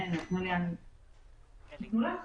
שומעים אותי?